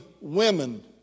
women